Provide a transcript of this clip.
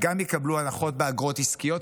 וגם יקבלו הנחות באגרות עסקיות,